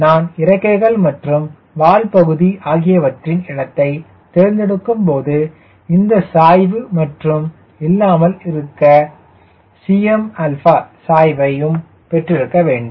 நான் இறக்கைகள் மற்றும் வால் பகுதி ஆகியவற்றின் இடத்தை தேர்ந்தெடுக்கும் போது இந்த சாய்வு மற்றும் இல்லாமல் இந்த Cm சாய்வையும் பெற்றிருக்க வேண்டும்